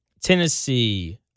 Tennessee